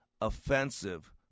offensive